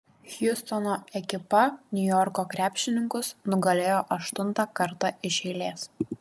hjustono ekipa niujorko krepšininkus nugalėjo aštuntą kartą iš eilės